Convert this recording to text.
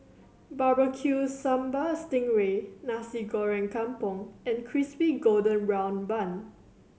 Barbecue Sambal sting ray Nasi Goreng Kampung and Crispy Golden Brown Bun